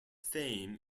fame